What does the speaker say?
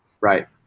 right